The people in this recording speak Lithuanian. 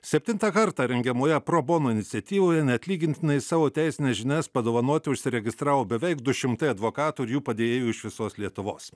septintą kartą rengiamoje pro bono iniciatyvoje neatlygintinai savo teisines žinias padovanoti užsiregistravo beveik du šimtai advokatų ir jų padėjėjų iš visos lietuvos